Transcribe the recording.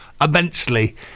immensely